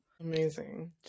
Amazing